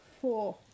Four